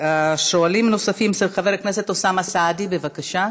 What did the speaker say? שואלים נוספים: חבר הכנסת אוסאמה סעדי, בבקשה.